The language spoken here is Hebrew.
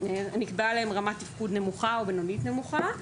אם נקבעה להם רמת תפקוד נמוכה, או בינונית נמוכה.